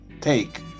take